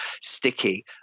sticky